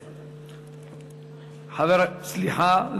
סליחה,